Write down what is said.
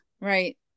right